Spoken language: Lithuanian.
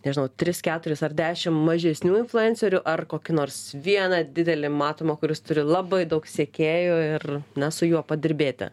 nežinau tris keturis ar dešim mažesnių influencerių ar kokį nors vieną didelį matomą kuris turi labai daug sekėjų ir na su juo padirbėti